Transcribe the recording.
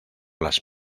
las